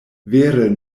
vere